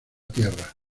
tierra